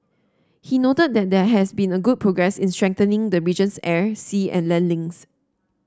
he noted that there has been a good progress in strengthening the region's air sea and land links